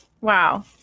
Wow